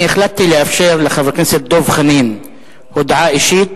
אני החלטתי לאפשר לחבר הכנסת דב חנין הודעה אישית